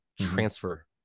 transfer